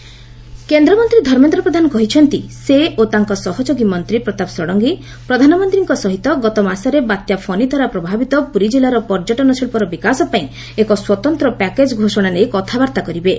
ପ୍ରଧାନ package କେନ୍ଦ୍ରମନ୍ତ୍ରୀ ଧର୍ମେନ୍ଦ୍ର ପ୍ରଧାନ କହିଛନ୍ତି ସେ ଓ ତାଙ୍କ ସହଯୋଗୀ ମନ୍ତ୍ରୀ ପ୍ରତାପ ଷଡ଼ଙ୍ଗୀ ପ୍ରଧାନମନ୍ତ୍ରୀଙ୍କ ସହିତ ଗତମାସରେ ବାତ୍ୟା ଫନିଦ୍ୱାରା ପ୍ରଭାବିତ ପୁରୀ ଜିଲ୍ଲାର ପର୍ଯ୍ୟଟନ ଶିଳ୍ପର ବିକାଶପାଇଁ ଏକ ସ୍ୱତନ୍ତ୍ର ପ୍ୟାକେଜ୍ ଘୋଷଣା ନେଇ କଥାବାର୍ତ୍ତା କରିବେ